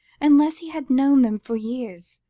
unless he had known them for years,